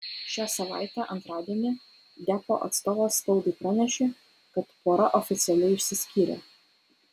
šią savaitę antradienį deppo atstovas spaudai pranešė kad pora oficialiai išsiskyrė